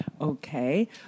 Okay